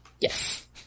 Yes